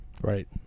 Right